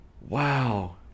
Wow